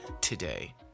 today